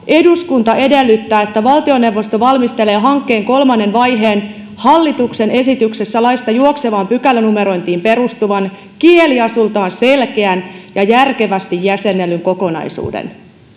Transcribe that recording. eduskunta edellyttää että valtioneuvosto valmistelee hankkeen kolmannen vaiheen hallituksen esityksessä laista juoksevaan pykälänumerointiin perustuvan kieliasultaan selkeän ja järkevästi jäsennellyn kokonaisuuden